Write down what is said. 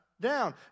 down